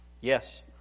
yes